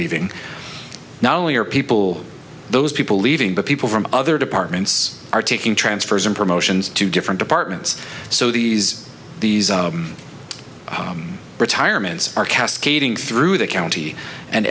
leaving not only are people those people leaving but people from other departments are taking transfers and promotions to different departments so these these retirements are cascading through the county and